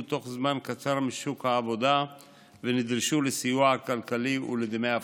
בתוך זמן קצר משוק העבודה ונדרשו לסיוע כלכלי ולדמי אבטלה.